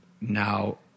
now